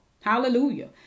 Hallelujah